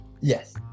yes